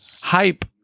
hype